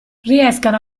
riescano